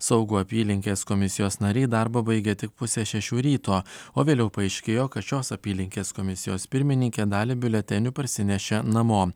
saugų apylinkės komisijos nariai darbą baigia tik pusę šešių ryto o vėliau paaiškėjo kad šios apylinkės komisijos pirmininkė dalį biuletenių parsinešė namo